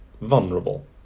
vulnerable